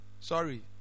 Sorry